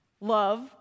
Love